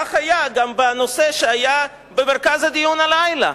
כך היה גם בנושא שהיה במרכז הדיון הלילה.